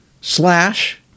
slash